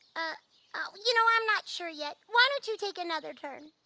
ah ah you know i'm not sure yet. why don't you take another turn?